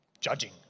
judging